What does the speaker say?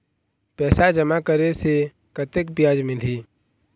पैसा जमा करे से कतेक ब्याज मिलही?